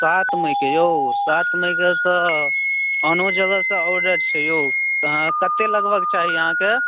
सात मइ कऽ यौ सात मइ कऽ तऽ आनो जगहसे आर्डर छै यौ तऽ कते लगभग चाही अहाँके